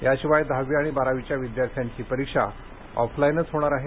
याशिवाय दहावी आणि बारावीच्या विद्यार्थ्यांची परीक्षा ऑफलाइनच होणार आहे